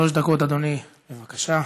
שלוש דקות, אדוני, בבקשה.